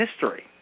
history